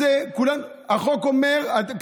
הסברת את החוק, ינון.